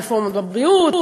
הרפורמות בבריאות,